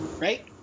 right